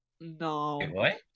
No